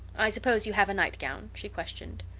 i suppose you have a nightgown? she questioned.